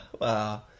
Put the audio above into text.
Wow